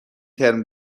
ترم